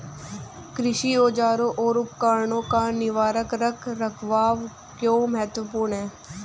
कृषि औजारों और उपकरणों का निवारक रख रखाव क्यों महत्वपूर्ण है?